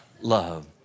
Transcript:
love